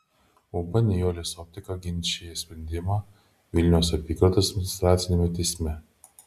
uab nijolės optika ginčija šį sprendimą vilniaus apygardos administraciniame teisme